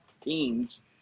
teens